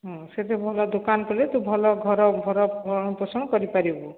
ହଁ ସେଠି ଭଲ ଦୋକାନ କଲେ ତୁ ଭଲ ଘର ଘର ପୋଷଣ କରିପାରିବୁ